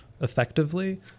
effectively